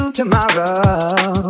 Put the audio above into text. tomorrow